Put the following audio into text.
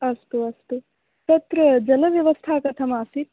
अस्तु अस्तु तत्र जलव्यवस्था कथमासीत